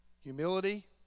humility